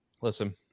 Listen